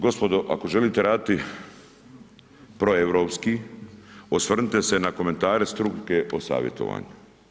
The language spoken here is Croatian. Gospodo ako želite rediti proeuropski osvrnite se na komentare struke o savjetovanju.